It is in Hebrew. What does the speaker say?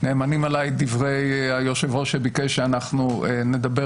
נאמנים עליי דברי היושב-ראש שביקש שנדבר